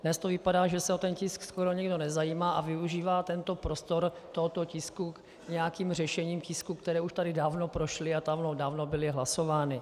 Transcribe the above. Dnes to vypadá, že se o ten tisk skoro nikdo nezajímá a využívá tento prostor tohoto tisku k nějakým řešením tisků, které už tady dávno prošly a dávno byly hlasovány.